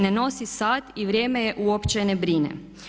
Ne nosi sat i vrijeme je uopće ne brine.